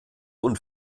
und